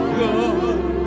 good